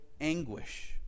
anguish